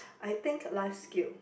I think life skill